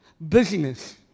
Busyness